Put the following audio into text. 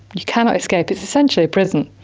you cannot escape. it's essentially a prison.